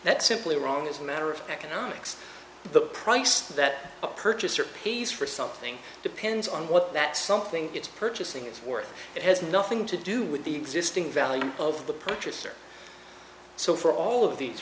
that simply wrong as a matter of economics the price that a purchaser pays for something depends on what that something is purchasing is worth it has nothing to do with the existing value of the purchaser so for all of these